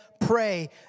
pray